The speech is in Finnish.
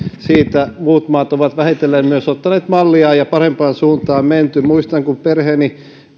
siitä muut maat ovat vähitellen myös ottaneet mallia ja parempaan suuntaan on menty muistan kun perheeni